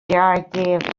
idea